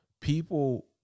people